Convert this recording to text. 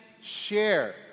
share